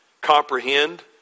comprehend